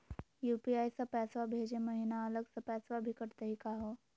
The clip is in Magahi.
यू.पी.आई स पैसवा भेजै महिना अलग स पैसवा भी कटतही का हो?